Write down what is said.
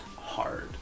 hard